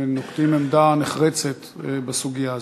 ונוקטים עמדה נחרצת בסוגיה הזאת.